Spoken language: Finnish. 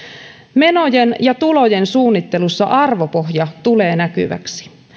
menojen ja tulojen suunnittelussa arvopohja tulee näkyväksi